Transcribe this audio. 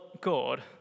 God